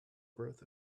growth